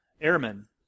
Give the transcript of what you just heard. airmen